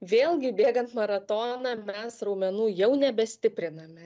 vėlgi bėgant maratoną mes raumenų jau nebestipriname